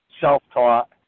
self-taught